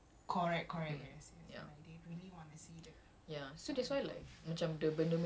like then the subsequent macam views and stuff will be like people who are what searching for it